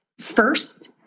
first